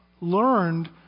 learned